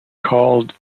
called